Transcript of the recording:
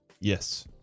yes